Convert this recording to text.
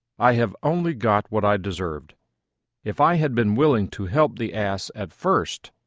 i have only got what i deserved if i had been willing to help the ass at first,